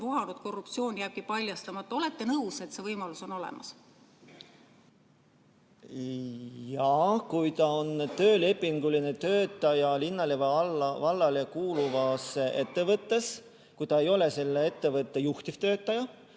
vohav korruptsioon aga jääbki paljastama. Olete nõus, et selline võimalus on olemas? Jaa, kui ta on töölepinguline töötaja linnale või vallale kuuluvas ettevõttes, kui ta ei ole selle ettevõtte juhtivtöötaja,